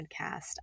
podcast